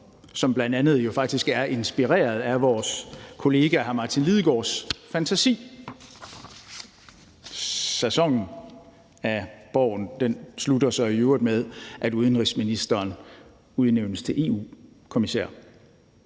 jo bl.a. er inspireret af vores kollega hr. Martin Lidegaards fantasi. Sæsonen af »Borgen« slutter så i øvrigt med, at udenrigsministeren udnævnes til EU-kommissær.